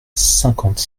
cinquante